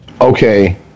okay